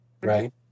Right